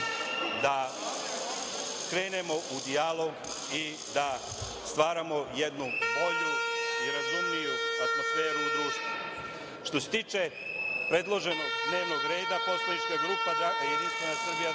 da krenemo u dijalog i da stvaramo jednu bolju i razumniju atmosferu u društvu. Što se tiče predloženog dnevnog reda, poslanička grupa Jedinstvena Srbija